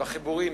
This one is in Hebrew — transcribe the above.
בחיבורים,